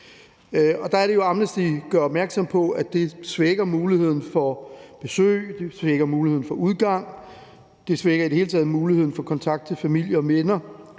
Amnesty gør opmærksom på, at det svækker muligheden for besøg, det svækker muligheden